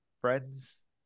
friends